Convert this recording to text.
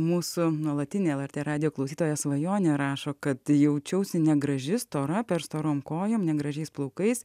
mūsų nuolatinė lrt radijo klausytoja svajonė rašo kad jaučiausi negraži stora per storom kojom negražiais plaukais